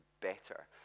better